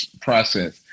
process